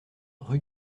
rue